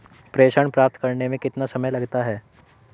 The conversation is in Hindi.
प्रेषण प्राप्त करने में कितना समय लगता है?